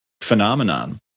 phenomenon